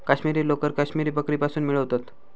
काश्मिरी लोकर काश्मिरी बकरीपासुन मिळवतत